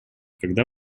когда